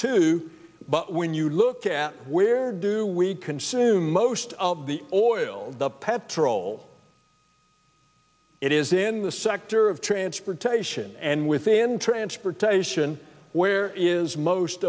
too but when you look at where do we consume most of the oil the petrol it is in the sector of transportation and within transportation where is most